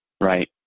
Right